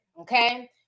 okay